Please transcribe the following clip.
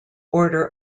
order